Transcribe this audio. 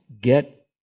get